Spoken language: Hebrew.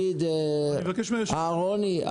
אהרוני,